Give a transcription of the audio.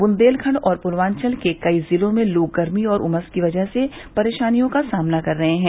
बन्देलखंड और पूर्वाचल के कई जिलों में लोग गर्मी और उमस की वजह से परेशानियों का सामना कर रहे हैं